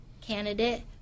candidate